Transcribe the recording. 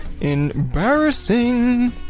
Embarrassing